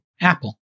Apple